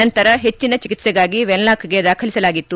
ನಂತರ ಹೆಚ್ಚಿನ ಚಿಕಿತ್ಸೆಗಾಗಿ ವೆನ್ನಾಕ್ಗೆ ದಾಖಲಿಸಲಾಗಿತ್ತು